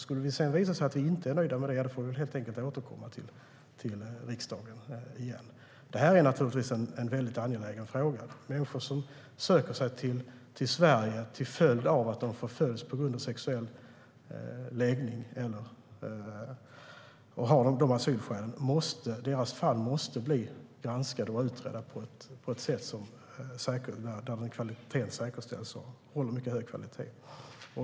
Skulle det visa sig att vi inte är nöjda får vi helt enkelt återkomma till riksdagen. Det här är naturligtvis en mycket angelägen fråga. När det gäller människor som söker sig till Sverige till följd av att de förföljs på grund av sexuell läggning och har de asylskälen måste deras fall granskas och utredas på ett sätt som säkerställer en mycket hög kvalitet.